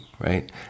right